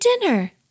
dinner